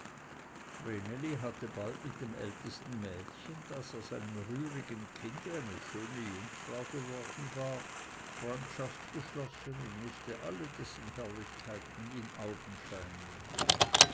hatte bald mit dem ältesten mädchen das aus einem rührigen kinde eine schöne jungfrau geworden war freundschaft geschlossen und mußte alle dessen herrlichkeiten in augenschein nehmen